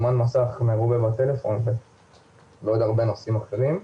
זמן מסך מרובה בטלפון ועוד הרבה נושאים אחרים.